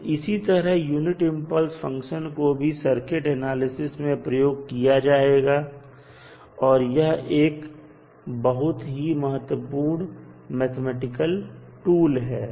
तो इसी तरह यूनिट इंपल्स फंक्शन को भी सर्किट एनालिसिस में प्रयोग किया जाएगा और यह एक बहुत ही महत्वपूर्ण मैथमेटिकल टूल है